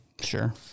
Sure